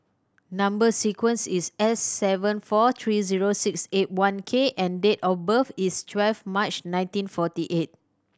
number sequence is S seven four three zero six eight one K and date of birth is twelve March nineteen forty eight